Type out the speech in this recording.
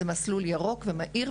זה מסלול ירוק ומהיר,